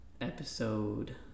episode